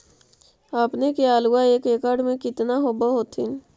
अपने के आलुआ एक एकड़ मे कितना होब होत्थिन?